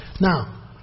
Now